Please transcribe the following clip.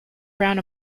brown